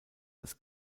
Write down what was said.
als